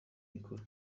mikuru